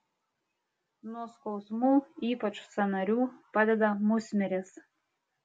nuo skausmų ypač sąnarių padeda musmirės